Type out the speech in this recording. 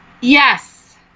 Yes